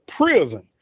prison